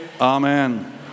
Amen